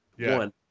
One